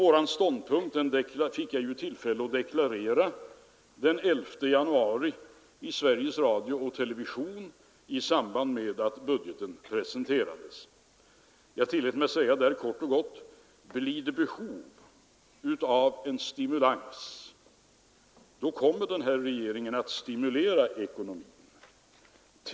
Jag fick tillfälle att deklarera vår ståndpunkt den 11 januari i Sveriges Radio-TV i samband med att budgeten presenterades. Jag tillät mig där säga kort och gott: Blir det behov av en stimulans, då kommer den här regeringen att stimulera ekonomin.